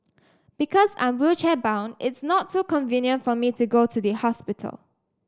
because I'm wheelchair bound it's not so convenient for me to go to the hospital